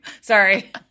Sorry